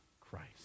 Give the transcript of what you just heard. Christ